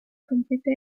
compite